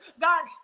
God